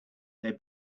they